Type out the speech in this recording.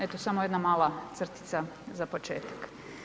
Eto, samo jedna mala crtica za početak.